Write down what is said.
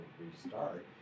restart